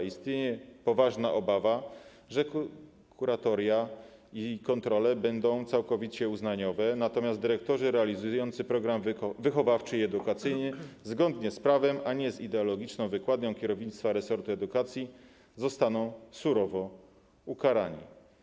Istnieje poważna obawa, że kuratoryjne kontrole będą całkowicie uznaniowe, natomiast dyrektorzy realizujący program wychowawczy i edukacyjny zgodnie z prawem, a nie z ideologiczną wykładnią kierownictwa resortu edukacji, zostaną surowo ukarani.